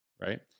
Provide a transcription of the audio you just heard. right